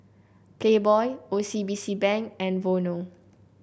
Playboy O C B C Bank and Vono